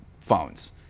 phones